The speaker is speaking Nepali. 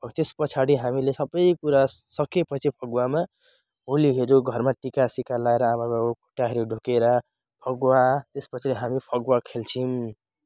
अब त्यसपछाडि हामीले सबै कुरा सकेपछि फगुवामा होलीहरू घरमा टिकासिका लगाएर आमाबाबाको खुट्टाहरू ढोगेर फगुवा त्यसपछि हामी फगुवा खेल्छौँ